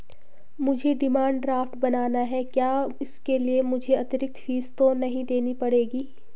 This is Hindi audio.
मुझे डिमांड ड्राफ्ट बनाना है क्या इसके लिए मुझे अतिरिक्त फीस तो नहीं देनी पड़ेगी?